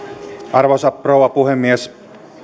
arvoisa rouva puhemies